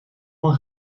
van